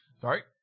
Sorry